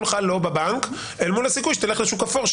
לך לא בבנק אל מול הסיכוי שתלך לשוק אפור,